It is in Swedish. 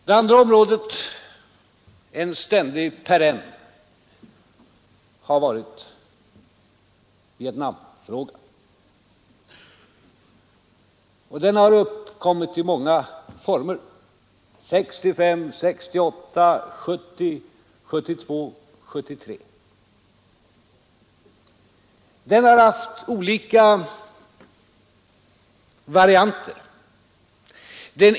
Det andra området, en ständig perenn, har varit Vietnamfrågan. Den har uppkommit i många former under åren 1965, 1968, 1970, 1972 och 1973. Den har haft olika varianter.